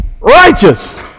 righteous